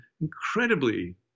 incredibly